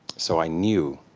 so i knew